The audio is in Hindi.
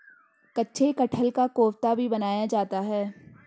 कच्चे कटहल का कोफ्ता भी बनाया जाता है